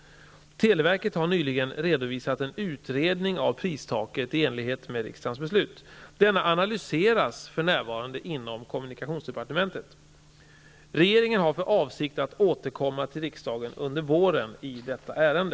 Televerket har nyligen redovisat en utredning av pristaket i enlighet med riksdagens beslut. Denna analyseras för närvarande inom kommunikationsdepartementet. Regeringen har för avsikt att återkomma till riksdagen under våren i detta ärende.